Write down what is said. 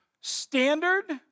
standard